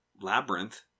labyrinth